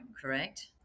correct